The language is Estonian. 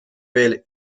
veel